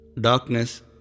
darkness